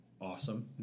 awesome